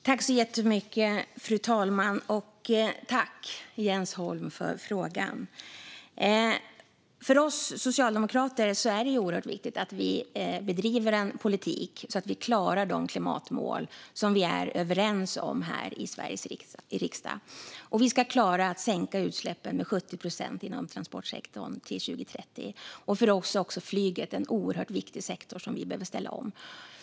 Fru talman! Tack, Jens Holm, för frågan! För oss socialdemokrater är det oerhört viktigt att vi bedriver en politik så att vi klarar de klimatmål som vi är överens om här i Sveriges riksdag. Och vi ska klara att sänka utsläppen med 70 procent inom transportsektorn till 2030. För oss är också flyget en oerhört viktig sektor, som vi behöver ställa om.